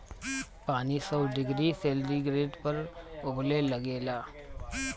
पानी सौ degree centigrade पर उबले लागेला